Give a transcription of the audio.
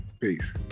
Peace